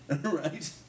right